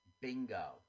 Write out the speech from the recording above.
bingo